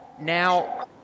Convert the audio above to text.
Now